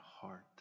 heart